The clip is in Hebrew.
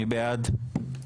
מי בעד?